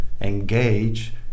engage